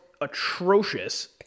atrocious